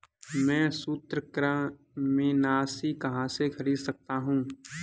मैं सूत्रकृमिनाशी कहाँ से खरीद सकता हूँ?